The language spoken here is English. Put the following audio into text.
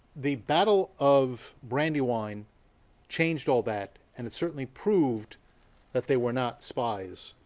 the battle of brandywine changed all that, and it certainly proved that they were not spies.